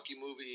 movie